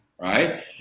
Right